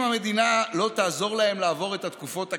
אם המדינה לא תעזור להם לעבור את התקופות הקשות,